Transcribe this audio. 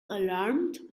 alarmed